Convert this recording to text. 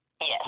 Yes